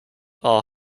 our